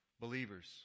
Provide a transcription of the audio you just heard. believers